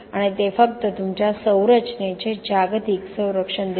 आणि ते फक्त तुमच्या संरचनेचे जागतिक संरक्षण देते